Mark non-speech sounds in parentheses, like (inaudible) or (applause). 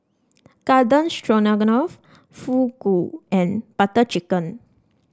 Garden (unintelligible) Fugu and Butter Chicken